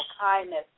kindness